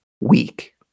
weak